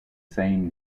same